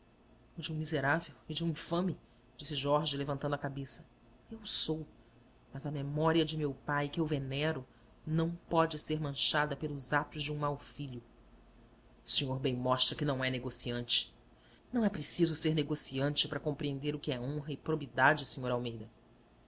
de um miserável e de um infame disse jorge levantando a cabeça eu o sou mas a memória de meu pai que eu venero não pode ser manchada pelos atos de um mau filho o senhor bem mostra que não é negociante não é preciso ser negociante para compreender o que é honra e probidade sr almeida